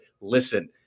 listen